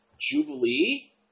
jubilee